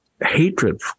hatred